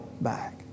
back